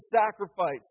sacrifice